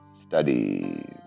Studies